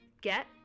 get